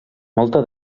molta